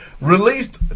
released